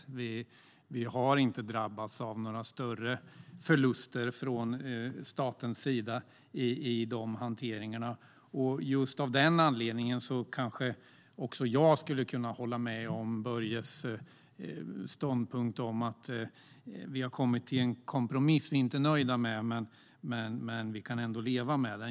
Staten har inte drabbats av några större förluster i denna hantering. Av denna anledning kan jag instämma i Börjes ståndpunkt att vi har kommit fram till en kompromiss som vi inte är nöjda med men som vi kan leva med.